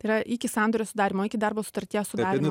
tai yra iki sandorio sudarymo iki darbo sutarties sudarymo